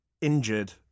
injured